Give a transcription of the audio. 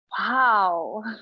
Wow